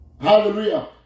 Hallelujah